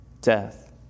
death